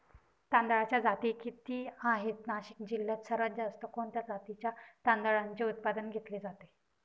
तांदळाच्या जाती किती आहेत, नाशिक जिल्ह्यात सर्वात जास्त कोणत्या जातीच्या तांदळाचे उत्पादन घेतले जाते?